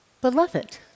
beloved